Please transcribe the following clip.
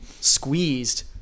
squeezed